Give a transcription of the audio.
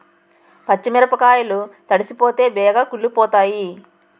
పచ్చి మిరపకాయలు తడిసిపోతే బేగి కుళ్ళిపోతాయి